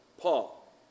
Paul